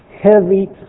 Heavy